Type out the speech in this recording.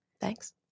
Thanks